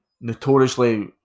notoriously